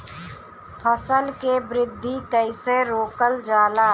फसल के वृद्धि कइसे रोकल जाला?